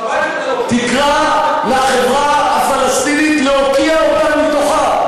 תקרא לחברה הפלסטינית להקיא אותם מתוכה.